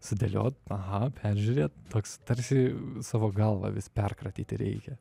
sudėliot aha peržiūrėt toks tarsi savo galvą vis perkratyti reikia